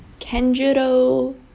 Kenjiro